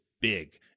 big